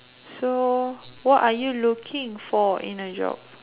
so what are you looking for in a job